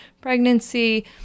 pregnancy